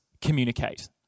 communicate